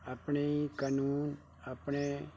ਆਪਣੇ ਹੀ ਕਾਨੂੰਨ ਆਪਣੇ